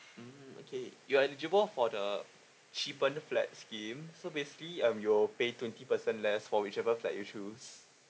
mm okay you are eligible for the cheaper flats scheme so basically um you'll pay twenty percent less for whichever flats you choose